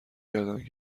کردند